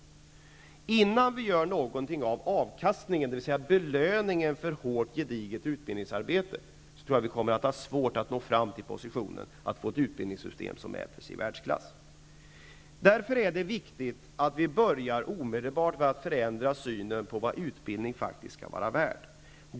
Jag tror att innan vi gör något av avkastningen, dvs. belöningen för hårt gediget utbildningsarbete, kommer vi att ha svårt att nå fram till positionen att få ett utbildningssystem som hävdar sig, mätt i världsklass. Därför är det viktigt att vi omedelbart börjar förändra synen på vad utbildning faktiskt skall vara värd.